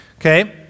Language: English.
Okay